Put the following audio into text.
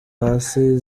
hasi